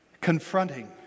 confronting